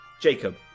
jacob